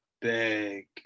big